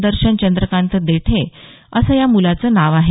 दर्शन चंद्रकांत देठे असं या मुलाचं नाव आहे